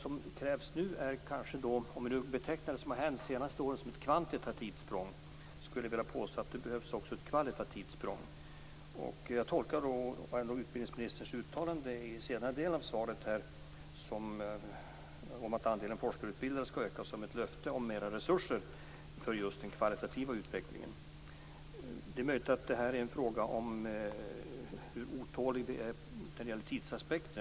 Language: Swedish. Om vi betecknar det som har hänt det senaste året som ett kvantitativt språng, skulle jag vilja påstå att det också behövs ett kvalitativt språng. Jag tolkar utbildningsministerns uttalanden i den senare delen av svaret om att andelen forskarutbildade skall öka som ett löfte om mera resurser för just den kvalitativa utvecklingen. Det är möjligt att detta är en fråga om hur otåliga vi är när det gäller tidsaspekten.